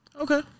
Okay